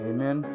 Amen